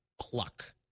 cluck